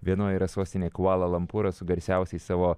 vienoj yra sostinė kvala lumpūras su garsiausiais savo